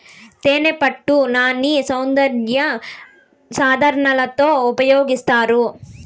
తేనెపట్టు నాన్ని సౌందర్య సాధనాలలో ఉపయోగిస్తారు